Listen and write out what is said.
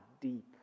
deep